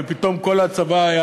ופתאום כל הצבא היה